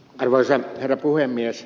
arvoisa herra puhemies